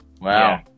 Wow